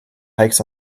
hikes